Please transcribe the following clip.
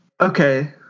okay